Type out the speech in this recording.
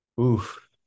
oof